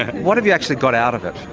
what have you actually got out of it?